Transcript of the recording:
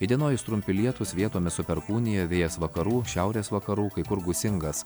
įdienojus trumpi lietūs vietomis su perkūnija vėjas vakarų šiaurės vakarų kai kur gūsingas